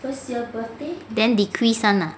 then decrease [one] ah